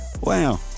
wow